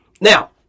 Now